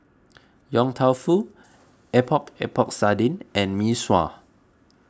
Yong Tou Foo Epok Epok Sardin and Mee Sua